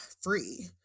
free